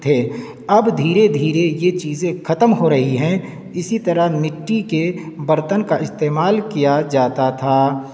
تھے اب دھیرے دھیرے یہ چیزیں ختم ہو رہی ہیں اسی طرح مٹی کے برتن کا استعمال کیا جاتا تھا